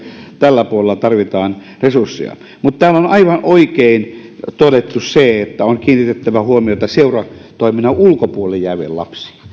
tällä puolella tarvitaan resursseja mutta täällä on aivan oikein todettu se että on kiinnitettävä huomiota seuratoiminnan ulkopuolelle jääviin lapsiin